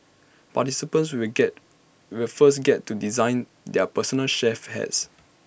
participants will get will first get to design their personal chef hats